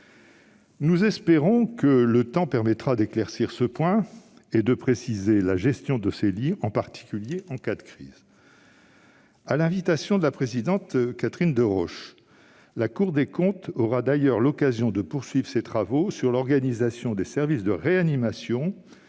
Nous espérons que le temps permettra d'éclaircir ce point et de préciser la gestion de ces lits, en particulier en cas de crise. À l'invitation de la présidente Catherine Deroche, la Cour des comptes aura d'ailleurs l'occasion de poursuivre ses travaux sur l'organisation des services de réanimation